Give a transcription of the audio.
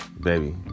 baby